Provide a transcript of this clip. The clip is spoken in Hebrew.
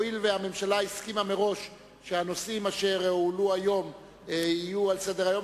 הואיל והממשלה הסכימה מראש שהנושאים אשר הועלו היום יהיו על סדר-היום,